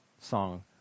song